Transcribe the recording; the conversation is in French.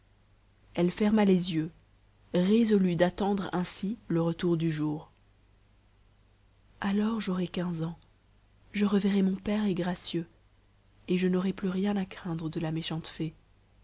elle ferma les yeux résolue d'attendre ainsi le retour du jour illustration la vieille lui remit la cassette alors j'aurai quinze ans je reverrai mon père et gracieux et je n'aurai plus rien à craindre de la méchante fée